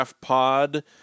Pod